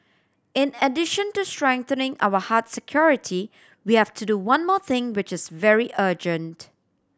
in addition to strengthening our hard security we have to do one more thing which is very urgent